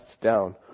down